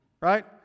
Right